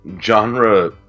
genre